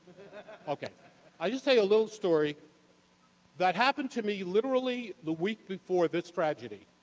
okay. i'll just tell you a little story that happened to me, literally, the week before this tragedy.